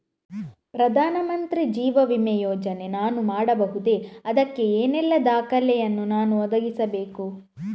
ಪ್ರಧಾನ ಮಂತ್ರಿ ಜೀವ ವಿಮೆ ಯೋಜನೆ ನಾನು ಮಾಡಬಹುದೇ, ಅದಕ್ಕೆ ಏನೆಲ್ಲ ದಾಖಲೆ ಯನ್ನು ನಾನು ಒದಗಿಸಬೇಕು?